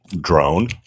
drone